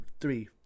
three